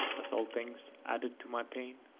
thus all things added to my pain,